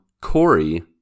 Corey